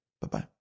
Bye-bye